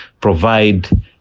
provide